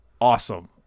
Awesome